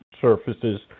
surfaces